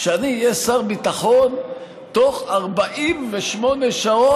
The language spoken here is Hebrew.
כשאני אהיה שר ביטחון, בתוך 48 שעות